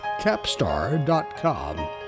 Capstar.com